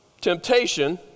temptation